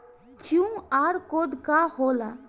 QR code का होला?